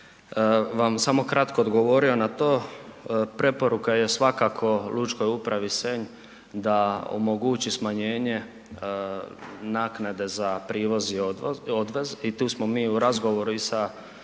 vam samo kratko odgovorio na to. Preporuka je svakako Lučkoj upravi Senj da omogući smanjenje naknade za privoz i odvoz, odvez i tu smo mi u razgovoru i sa